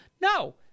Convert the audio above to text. no